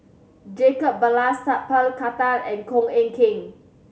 Jacob Ballas Sat Pal Khattar and Koh Eng Kian